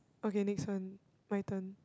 okay next one my turn